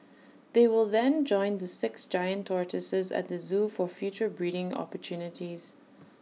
they will then join the six giant tortoises at the Zoo for future breeding opportunities